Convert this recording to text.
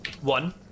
One